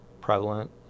prevalent